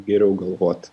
geriau galvot